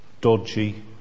dodgy